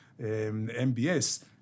MBS